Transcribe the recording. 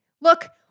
look